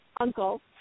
uncle